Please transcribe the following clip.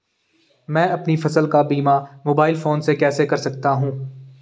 मैं अपनी फसल का बीमा मोबाइल फोन से कैसे कर सकता हूँ?